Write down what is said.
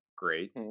great